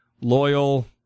loyal